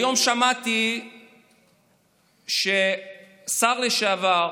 היום שמעתי ששר לשעבר,